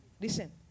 Listen